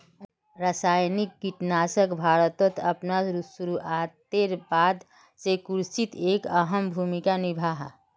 रासायनिक कीटनाशक भारतोत अपना शुरुआतेर बाद से कृषित एक अहम भूमिका निभा हा